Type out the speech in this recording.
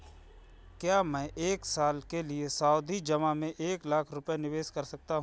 क्या मैं एक साल के लिए सावधि जमा में एक लाख रुपये निवेश कर सकता हूँ?